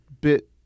bit